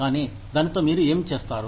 కానీ దానితో మీరు ఏమి చేస్తారు